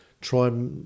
try